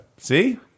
See